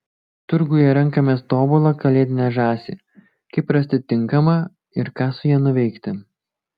turguje renkamės tobulą kalėdinę žąsį kaip rasti tinkamą ir ką su ja nuveikti